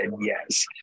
yes